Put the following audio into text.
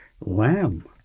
lamb